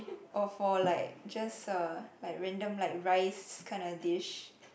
or for like just a like random like rice kind of dish